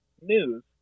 news